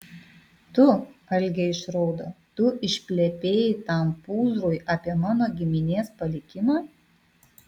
tu algė išraudo tu išplepėjai tam pūzrui apie mano giminės palikimą